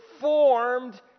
formed